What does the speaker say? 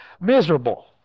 Miserable